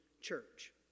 church